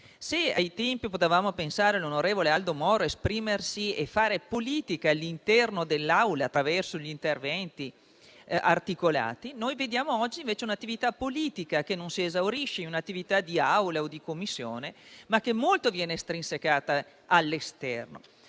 in sé. Se potevamo pensare che l'onorevole Aldo Moro si esprimesse e facesse politica all'interno dell'Aula attraverso i suoi interventi articolati, oggi vediamo invece un'attività politica che non si esaurisce nell'attività in Assemblea o in Commissione, ma che molto viene estrinsecata all'esterno.